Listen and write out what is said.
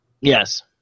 Yes